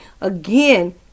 again